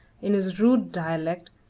in his rude dialect,